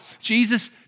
Jesus